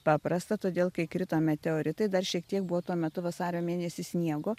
paprasta todėl kai krito meteoritai dar šiek tiek buvo tuo metu vasario mėnesį sniego